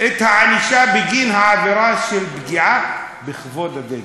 הענישה בגין העבירה של הפגיעה בכבוד הדגל.